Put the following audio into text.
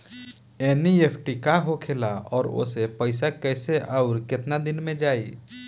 NEFT का होखेला और ओसे पैसा कैसे आउर केतना दिन मे जायी?